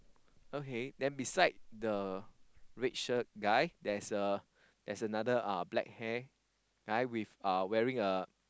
okay then beside the red shirt guy there's a there's another uh black hair guy with uh wearing a